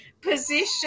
Position